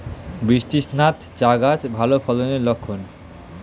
বৃষ্টিস্নাত চা গাছ ভালো ফলনের লক্ষন